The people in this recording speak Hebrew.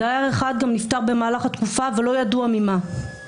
דייר אחד גם נפטר במהלך התקופה, ולא ידוע ממה.